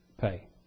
pay